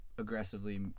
aggressively